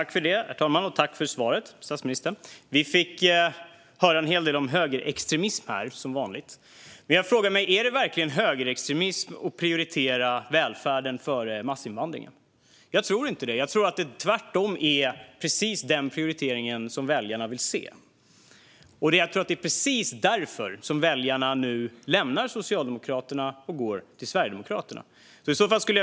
Herr talman! Jag tackar statsministern för svaret. Vi fick som vanligt höra en hel del om högerextremism, men jag frågar mig: Är det verkligen högerextremism att prioritera välfärden före massinvandringen? Jag tror inte det. Jag tror att det tvärtom är precis denna prioritering väljarna vill se. Jag tror att det är precis därför väljarna nu lämnar Socialdemokraterna och går till Sverigedemokraterna.